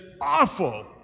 awful